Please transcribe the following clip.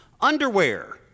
underwear